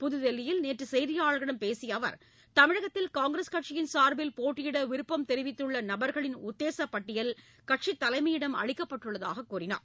புதுதில்லியில் நேற்று செய்தியாளர்களிடம் பேசிய அவர் தமிழகத்தில் காங்கிரஸ் கட்சியின் சார்பில் போட்டியிட விருப்பம் தெரிவித்துள்ள நபர்களின் உத்தேச பட்டியல் கட்சி தலைமையிடம் அளிக்கப்பட்டுள்ளதாக கூறினார்